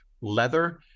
leather